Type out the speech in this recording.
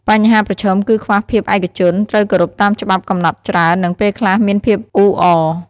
បញ្ហាប្រឈមគឺខ្វះភាពឯកជន ត្រូវគោរពតាមច្បាប់កំណត់ច្រើន និងពេលខ្លះមានភាពអ៊ូអរ។